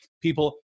people